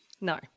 No